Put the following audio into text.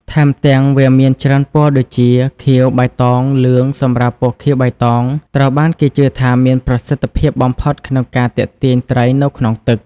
ថែមទាំងវាមានច្រើនពណ៌ដូចជា ខៀវ បៃតង លឿង សម្រាប់ពណ៌ខៀវ-បៃតង ត្រូវបានគេជឿថាមានប្រសិទ្ធភាពបំផុតក្នុងការទាក់ទាញត្រីនៅក្នុងទឹក។